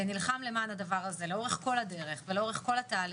ונלחם למען הדבר הזה לאורך כל הדרך ולאורך כל התהליך,